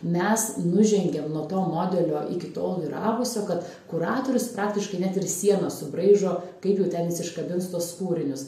mes nužengėm nuo to modelio iki tol vyravusio kad kuratorius praktiškai net ir sienas subraižo kaip jau ten jis iškabins tuos kūrinius